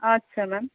আচ্ছা ম্যাম